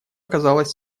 казалась